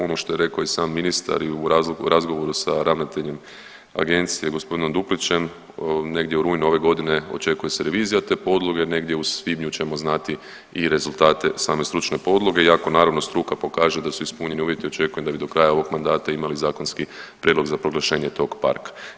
Ono što je rekao i sam ministar i u razgovoru sa ravnateljem agencije g. Duplićem negdje u rujnu ove godine očekuje se revizija te podloge, negdje u svibnju ćemo znati i rezultate same Stručne podloge iako naravno struka pokaže da su ispunjeni uvjeti očekujem da bi do kraja ovog mandata imali zakonski prijedlog za proglašenje tog parka.